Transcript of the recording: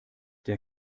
der